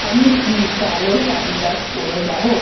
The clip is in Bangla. আমি কি কালো সানগ্লাস পরে যাবো